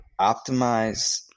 optimize